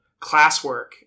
classwork